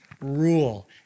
rule